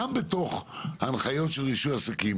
אז גם בתוך ההנחיות של רישוי עסקים